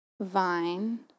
vine